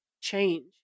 change